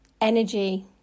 energy